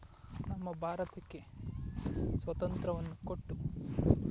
ನಮ್ಮ ಭಾರತಕ್ಕೆ ಸ್ವತಂತ್ರವನ್ನು ಕೊಟ್ಟು